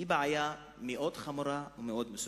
היא בעיה מאוד חמורה, מאוד מסוכנת.